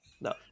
No